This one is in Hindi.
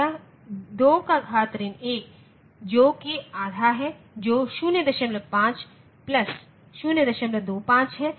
2 का घात ऋण 1 जो कि आधा है जो 05 प्लस 025 है